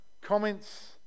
comments